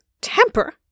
temper